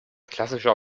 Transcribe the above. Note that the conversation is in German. klassischer